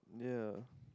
yeah